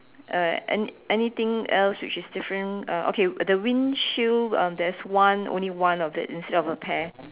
uh any~ anything else which is different uh okay the windshield um there is one only one of it instead of a pair